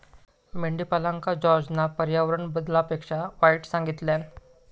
मेंढीपालनका जॉर्जना पर्यावरण बदलापेक्षा वाईट सांगितल्यान